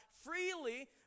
freely